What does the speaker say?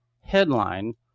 headline